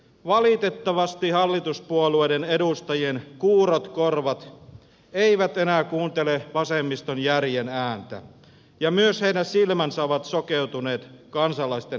valitettavasti hallituspuolueiden edustajien kuurot korvat eivät enää kuuntele vasemmiston järjen ääntä ja myös heidän silmänsä ovat sokeutuneet kansalaisten hädälle